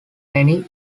many